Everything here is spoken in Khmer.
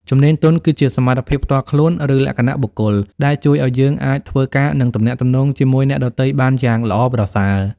ជំនាញទន់ គឺជាសមត្ថភាពផ្ទាល់ខ្លួន ឬលក្ខណៈបុគ្គលដែលជួយឲ្យយើងអាចធ្វើការ និងទំនាក់ទំនងជាមួយអ្នកដទៃបានយ៉ាងល្អប្រសើរ។